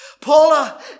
Paula